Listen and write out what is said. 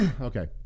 Okay